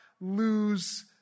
lose